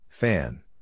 Fan